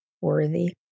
worthy